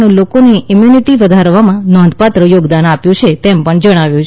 અને લોકોની ઇમ્યુનિટી વધારવામાં નોંધપાત્ર યોગદાન આપ્યું છે તેમ જણાવ્યુ